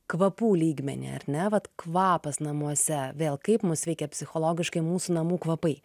kvapų lygmenį ar ne vat kvapas namuose vėl kaip mus veikia psichologiškai mūsų namų kvapai